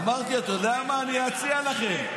אמרתי: אתה יודע מה, אני אציע לכם.